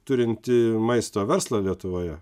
turinti maisto verslą lietuvoje